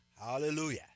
Hallelujah